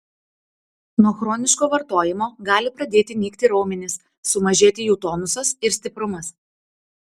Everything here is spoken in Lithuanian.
nuo chroniško vartojimo gali pradėti nykti raumenys sumažėti jų tonusas ir stiprumas